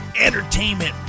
entertainment